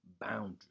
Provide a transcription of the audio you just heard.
boundaries